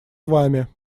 вами